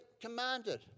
commanded